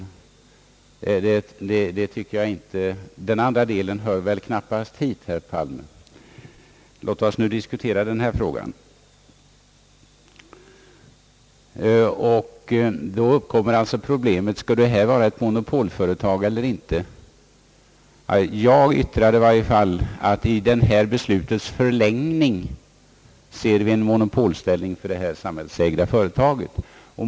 Den andra delen hör väl knappast hit, herr Palme. Låt oss hålla oss till den sistnämnda frågan. Då uppkommer alltså problemet om detta skulle vara ett monopolföretag eller inte. Jag yttrade i varje fall att vi i det här beslutets förlängning ser en monopolställning för det samhällsägda företaget.